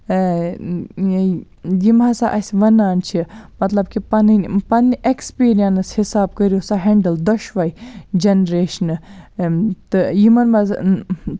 یِم ہَسا اَسہِ وَنان چھِ مَطلَب کہِ پَنٕنۍ پَننہِ ایکسپیٖریَنس حِساب کٔرِو سہَ ہینڈل دۄشوَے جَنریشنہٕ تہٕ یِمَن مَنٛز